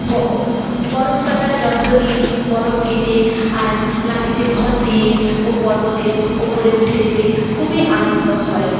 বরফ কাটার যন্ত্র দিয়ে বরফ কেটে আর লাঠিতে ভর দিয়ে পর্বতের উপরে উঠে যেতে খুবই আনন্দ হয়